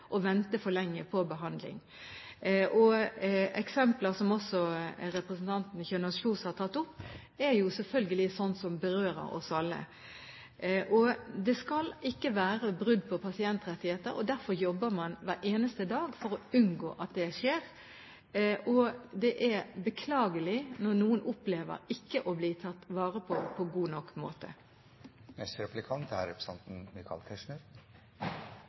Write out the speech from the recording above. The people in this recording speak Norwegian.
vente for lenge på behandling. Eksempler som også representanten Kjønaas Kjos har tatt opp, er jo selvfølgelig slikt som berører oss alle. Det skal ikke være brudd på pasientrettigheter, og derfor jobber man hver eneste dag for å unngå at det skjer. Det er beklagelig når noen opplever ikke å bli tatt vare på på god nok måte.